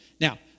Now